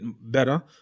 better